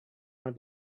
want